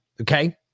okay